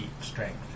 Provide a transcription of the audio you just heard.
strength